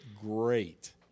great